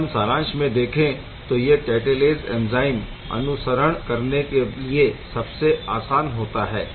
अगर हम सारांश में देखे तो यह कैटालेस एंज़ाइम अनुसरण करने के लिए सबसे आसान होती है